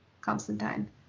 Constantine